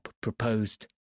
proposed